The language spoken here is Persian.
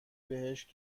بهش